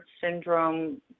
syndrome